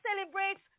Celebrates